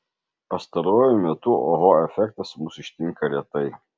pastaruoju metu oho efektas mus ištinka retai